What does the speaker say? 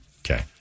Okay